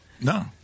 No